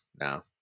now